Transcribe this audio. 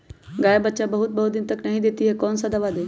गाय बच्चा बहुत बहुत दिन तक नहीं देती कौन सा दवा दे?